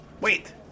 Wait